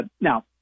Now